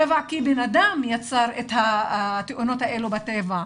טבע כי בנאדם יצר את התאונות האלה בטבע.